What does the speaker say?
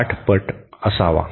8 पट असावा